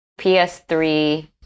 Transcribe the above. PS3